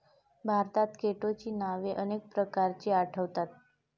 भारतात केटोची नावे अनेक प्रकारची आढळतात